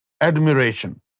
admiration